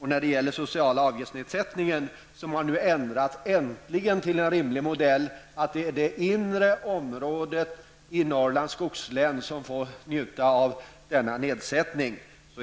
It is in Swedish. När det gäller nedsättningen av de sociala avgifterna, har man nu äntligen ändrat till en rimlig modell. Det är det inre området i Norrlands skogslän som får njuta av denna nedsättning.